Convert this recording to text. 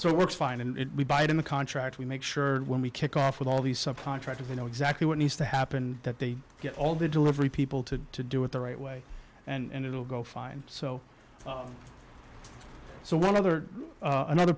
so it works fine and we buy it in the contract we make sure when we kick off with all the subcontractors you know exactly what needs to happen that they get all the delivery people to do it the right way and it will go fine so so one other another